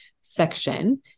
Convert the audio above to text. section